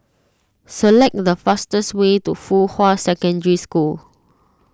select the fastest way to Fuhua Secondary School